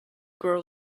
grow